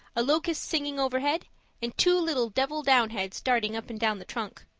a locust singing overhead and two little devil downheads darting up and down the trunk.